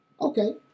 Okay